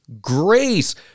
grace